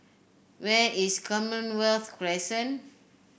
where is Commonwealth Crescent